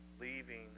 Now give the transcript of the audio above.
leaving